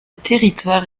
territoire